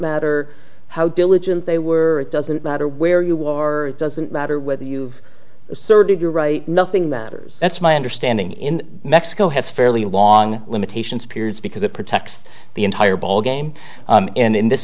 matter how diligent they were it doesn't matter where you or doesn't matter whether you asserted your right nothing matters that's my understanding in mexico has fairly long limitations periods because it protects the entire ballgame and in this